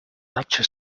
lecture